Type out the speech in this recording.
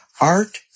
Art